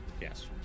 Yes